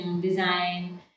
design